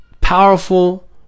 powerful